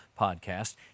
podcast